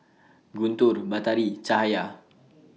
Guntur Batari Cahaya